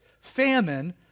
famine